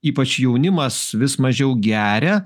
ypač jaunimas vis mažiau geria